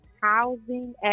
Housing